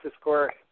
score